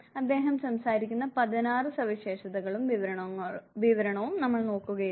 അദ്ദേഹം സംസാരിക്കുന്ന 16 സവിശേഷതകളും വിവരണവും നമ്മൾ നോക്കുകയില്ല